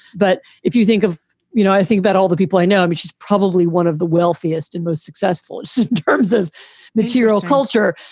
but if you think of you know, i think that all the people i know, i mean, she's probably one of the wealthiest and most successful in terms of material culture.